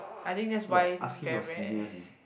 I think that's why whereas